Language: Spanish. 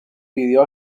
pidió